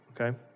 okay